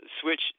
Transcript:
switch